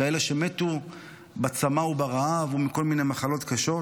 כאלה שמתו בצמא וברעב ומכל מיני מחלות קשות.